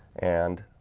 and